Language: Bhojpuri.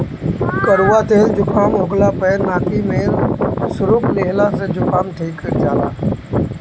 कड़ुआ तेल जुकाम होखला पअ नाकी में सुरुक लिहला से जुकाम ठिका जाला